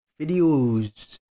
videos